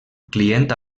client